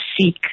seek